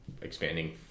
expanding